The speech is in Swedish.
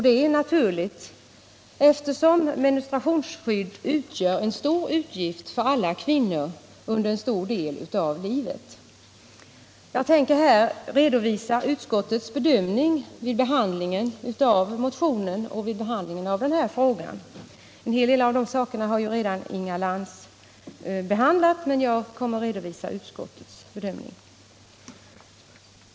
Det är naturligt, eftersom menstruationsskydd utgör en stor utgift för alla kvinnor under en stor del av livet. Jag tänker här redovisa utskottets bedömning vid behandlingen av denna motion. En hel del av dessa saker har Inga Lantz redan berört, men jag kommer alltså att redovisa utskottets syn på denna fråga.